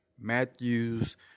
Matthews